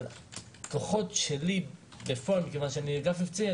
מכיוון שאני אגף מבצעי,